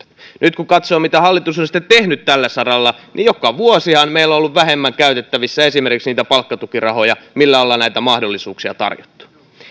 nyt kun katsoo mitä hallitus on sitten tehnyt tällä saralla niin joka vuosihan meillä on ollut vähemmän käytettävissä esimerkiksi palkkatukirahoja joilla on näitä mahdollisuuksia tarjottu